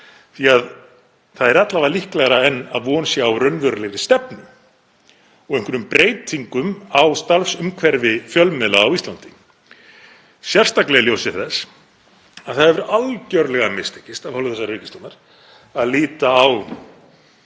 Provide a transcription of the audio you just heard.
því að það er alla vega líklegra en að von sé á raunverulegri stefnu og einhverjum breytingum á starfsumhverfi fjölmiðla á Íslandi, sérstaklega í ljósi þess að það hefur algjörlega mistekist af hálfu þessarar ríkisstjórnar að líta á